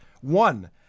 One